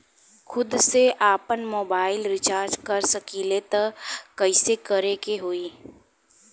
खुद से आपनमोबाइल रीचार्ज कर सकिले त कइसे करे के होई?